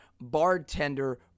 bartender